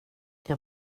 jag